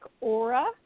aura